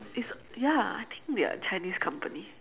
it's ya I think they are a Chinese company